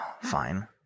fine